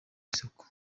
isoko